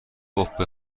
گفته